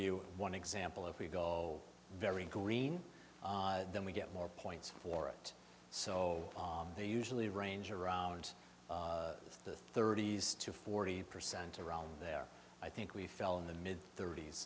you one example if we go very green then we get more points for it so they usually range around the thirty's to forty percent around there i think we fell in the mid thirt